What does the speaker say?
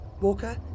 Walker